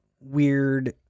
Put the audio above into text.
weird